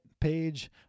page